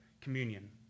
communion